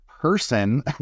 person